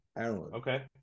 Okay